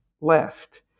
left